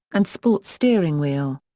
and sports steering wheel.